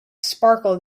sparkled